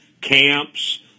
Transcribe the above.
camps